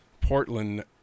portland